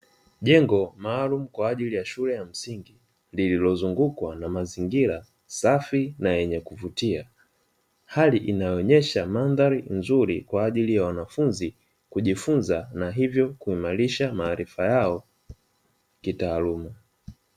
Jengo maalumu kwa ajili ya shule ya msingi liliozungukwa na mazingira safi na yenye kuvutia, hali inayoonesha mandhari nzuri kwa ajili ya wanafunzi kujifunza na hivyo kuimarisha maarifa yao kitaaluma.